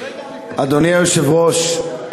אדוני היושב-ראש,